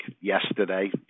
yesterday